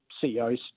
CEOs